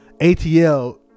ATL